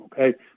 Okay